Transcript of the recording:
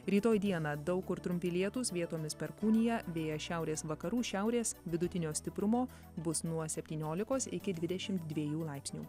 rytoj dieną daug kur trumpi lietūs vietomis perkūnija vėjas šiaurės vakarų šiaurės vidutinio stiprumo bus nuo septyniolikos iki dvidešim dviejų laipsnių